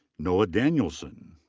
noah danielson.